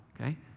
okay